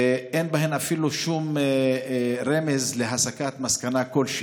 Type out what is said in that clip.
ואין בהן אפילו שום רמז להסקת מסקנה כלשהי.